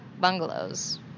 bungalows